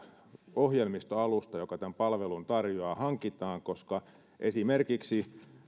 ohjelmistoalusta joka tämän palvelun tarjoaa hankitaan koska esimerkiksi